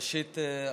ראשית,